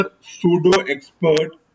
Pseudo-expert